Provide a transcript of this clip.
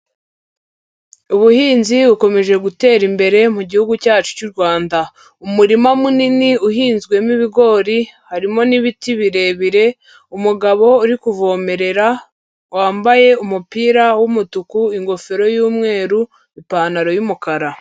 Ubuhinzi bukomeje gutera imbere mu gihugu cyacu cy'u Rwanda, umurima munini uhinzwemo ibigori harimo n'ibiti birebire, umugabo uri kuvomerera wambaye umupira w'umutuku, ingofero y'umweru ipantaro y'umukara.